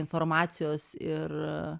informacijos ir